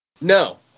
No